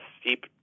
steep